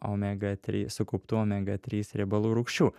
omega try sukauptų omega trys riebalų rūgščių